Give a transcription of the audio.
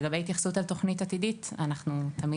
לגבי התייחסות לתוכנית עתידית אנחנו תמיד